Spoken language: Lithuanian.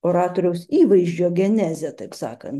oratoriaus įvaizdžio genezę taip sakant